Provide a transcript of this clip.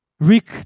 Rick